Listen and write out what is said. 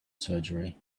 surgery